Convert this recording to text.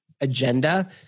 agenda